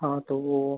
हाँ तो वो